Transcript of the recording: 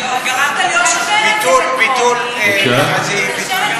בדיוק הפוך אתם עושים.